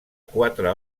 quatre